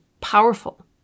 powerful